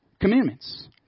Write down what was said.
commandments